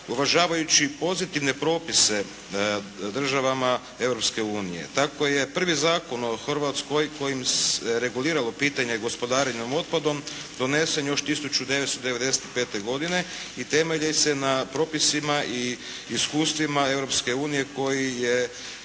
uvažavajući pozitivne propise državama Europske unije. Tako je prvi Zakon o Hrvatskoj kojim se reguliralo pitanje gospodarenja otpadom donesen još 1995. godine i temelji se na propisima i iskustvima Europske